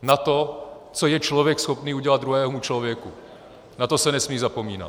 Na to, co je člověk schopný udělat druhému člověku, na to se nesmí zapomínat.